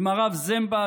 עם הרב זמבה,